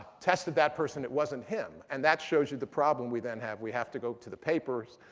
tested that person. it wasn't him. and that shows you the problem we then have. we have to go to the papers,